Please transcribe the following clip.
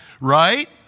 Right